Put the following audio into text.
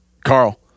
carl